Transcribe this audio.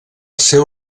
seu